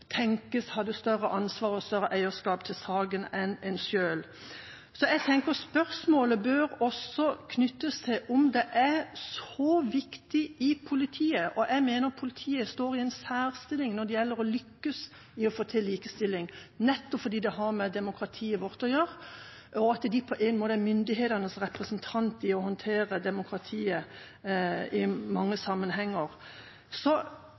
større ansvar og større eierskap til saken enn en selv. Jeg tenker spørsmålet også bør knyttes til hvorfor det er så viktig i politiet. Jeg mener politiet står i en særstilling når det gjelder å lykkes med å få til likestilling, nettopp fordi det har med demokratiet vårt å gjøre, og at de på en måte er myndighetenes representant i å håndtere demokratiet i mange